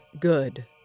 Good